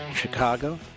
Chicago